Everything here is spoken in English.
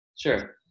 Sure